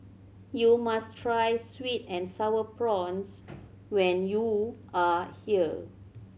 you must try sweet and Sour Prawns when you are here